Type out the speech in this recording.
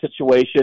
situation